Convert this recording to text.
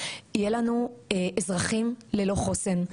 יהיה לנו אזרחים ללא חוסן,